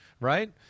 right